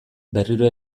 berriro